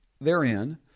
therein